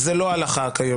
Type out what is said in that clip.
עשיתי.